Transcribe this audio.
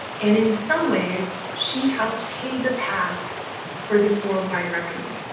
and in some ways, she helped pave the path for this worldwide reckoning.